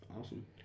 Awesome